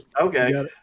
Okay